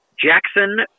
Jackson